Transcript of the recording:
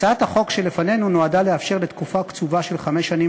הצעת החוק שלפנינו נועדה לאפשר לתקופה קצובה של חמש שנים